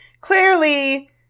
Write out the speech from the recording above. Clearly